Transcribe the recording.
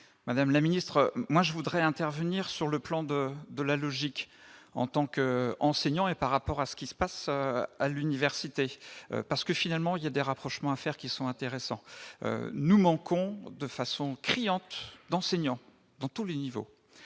madame la ministre, moi je voudrais intervenir sur le plan de de la logique en tant qu'enseignant et par rapport à ce qui se passe à l'université parce que finalement il y a des rapprochements à faire qui sont intéressants, nous manquons de façon criante d'enseignants dans tous les niveaux